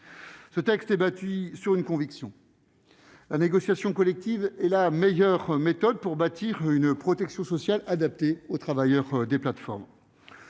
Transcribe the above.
Ce texte repose sur une conviction : la négociation collective est la meilleure méthode pour bâtir une protection sociale adaptée aux travailleurs des plateformes.